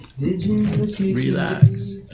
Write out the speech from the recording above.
Relax